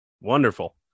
Wonderful